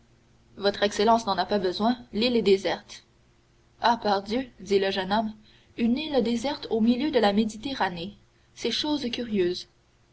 votre excellence n'en a pas besoin l'île est déserte ah pardieu dit le jeune homme une île déserte au milieu de la méditerranée c'est chose curieuse